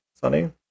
Sunny